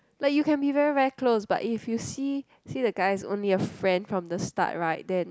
but you can be very very close but if you see see the guy only a friend from the start right then